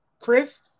Chris